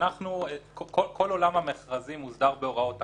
כל עולם המכרזים מוסדר בהוראות תכ"ם.